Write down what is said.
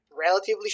relatively